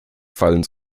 fallen